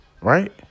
Right